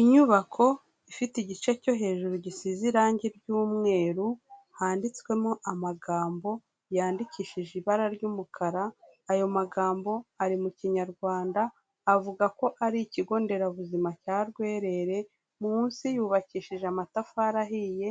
Inyubako ifite igice cyo hejuru gisize irangi ry'umweru handitswemo amagambo yandikishije ibara ry'umukara, ayo magambo ari mu kinyarwanda, avuga ko ari ikigo nderabuzima cya Rwerere, munsi yubakishije amatafari ahiye,